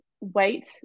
weight